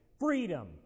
freedom